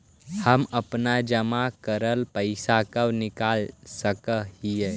हम अपन जमा करल पैसा कब निकाल सक हिय?